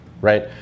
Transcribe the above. right